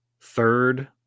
third